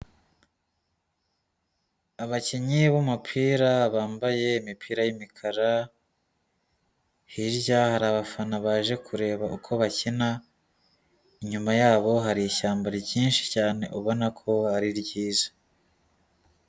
Abakinnyi b'umupira bambaye imipira y'imikara, hirya hari abafana baje kureba uko bakina, inyuma yabo hari ishyamba ryinshi cyane, ubona ko ari ryiza.